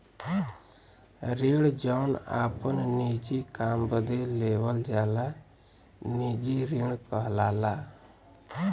ऋण जौन आपन निजी काम बदे लेवल जाला निजी ऋण कहलाला